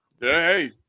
Hey